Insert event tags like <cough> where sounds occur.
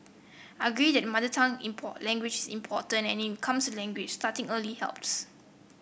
I agree that mother tongue <unintelligible> language is important and when it comes to language starting early helps